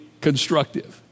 constructive